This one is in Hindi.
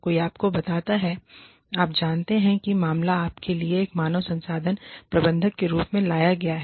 कोई आपको बताता है आप जानते हैं कि मामला आपके लिए एक मानव संसाधन प्रबंधक के रूप में लाया गया है